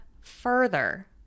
further